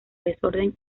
desorden